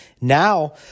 Now